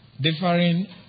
different